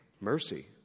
mercy